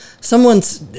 Someone's